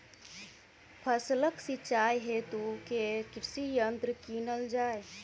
फसलक सिंचाई हेतु केँ कृषि यंत्र कीनल जाए?